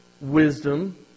wisdom